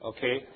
Okay